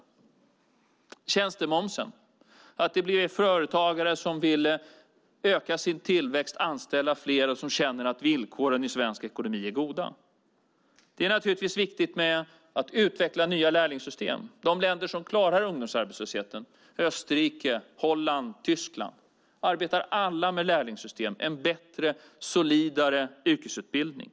Vad gäller tjänstemomsen handlar det om att det blir företagare som vill öka sin tillväxt, anställa fler och som känner att villkoren i svensk ekonomi är goda. Det är naturligtvis viktigt att utveckla nya lärlingssystem. De länder som klarar ungdomsarbetslösheten - Österrike, Holland och Tyskland - arbetar alla med lärlingssystem och en bättre, solidare yrkesutbildning.